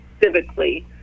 civically